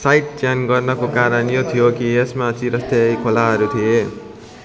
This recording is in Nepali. साइड चयन गर्नुको कारण यो थियो कि यसमा चिरस्थायी खोलाहरू थिए